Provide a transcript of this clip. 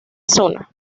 zona